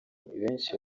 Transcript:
benshi